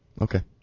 Okay